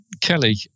Kelly